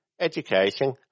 Education